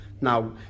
Now